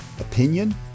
opinion